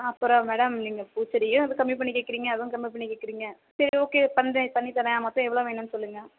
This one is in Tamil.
நாற்பதுருவா மேடம் நீங்கள் பூச்செடியும் வந்து கம்மி பண்ணி கேட்குறீங்க அதுவும் கம்மி பண்ணி கேட்குறீங்க சரி ஓகே பண்ணுறேன் பண்ணித்தரேன் மொத்தம் எவ்வளோ வேணுன்னு சொல்லுங்கள்